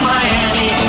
Miami